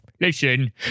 Listen